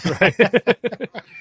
Right